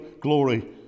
glory